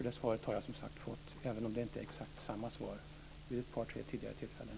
Det svaret har jag fått, även om det inte är exakt samma svar, vid tre tidigare tillfällen.